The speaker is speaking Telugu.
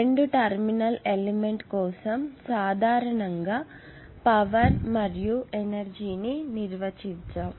రెండు టెర్మినల్ ఎలిమెంట్ కోసం సాధారణంగా పవర్ మరియు ఎనర్జీ ని నిర్వచించాము